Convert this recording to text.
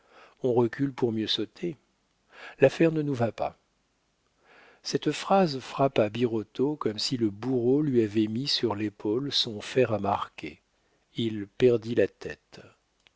on recule pour mieux sauter l'affaire ne nous va pas cette phrase frappa birotteau comme si le bourreau lui avait mis sur l'épaule son fer à marquer il perdit la tête